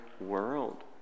world